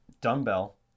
Dumbbell